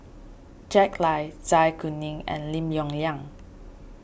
Jack Lai Zai Kuning and Lim Yong Liang